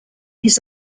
his